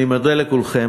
אני מודה לכולכם.